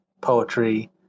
poetry